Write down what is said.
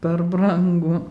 per brangu